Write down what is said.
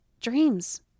dreams